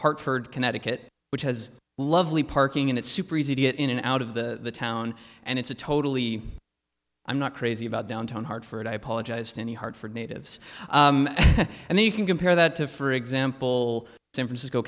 hartford connecticut which has lovely parking and it's super easy to get in and out of the town and it's a totally i'm not crazy about downtown hartford i apologize to any hartford natives and you can compare that to for example san francisco